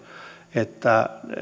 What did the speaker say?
että